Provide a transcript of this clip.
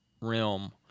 realm